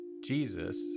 Jesus